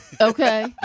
Okay